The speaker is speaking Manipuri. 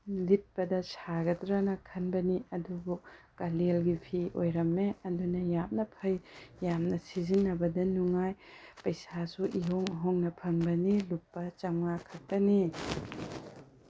ꯂꯤꯠꯄꯗ ꯁꯥꯒꯗ꯭ꯔꯅ ꯈꯟꯕꯅꯤ ꯑꯗꯨꯕꯨ ꯀꯥꯂꯦꯟꯒꯤ ꯐꯤ ꯑꯣꯏꯔꯝꯃꯦ ꯑꯗꯨꯅ ꯌꯥꯝꯅ ꯐꯩ ꯌꯥꯝꯅ ꯁꯤꯖꯟꯅꯕꯗ ꯅꯨꯡꯉꯥꯏ ꯄꯩꯁꯥꯁꯨ ꯏꯍꯣꯡ ꯍꯣꯡꯅ ꯐꯪꯕꯅꯤ ꯂꯨꯄꯥ ꯆꯥꯝꯃꯉꯥ ꯈꯛꯇꯅꯤ